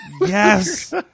Yes